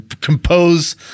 compose